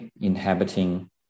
inhabiting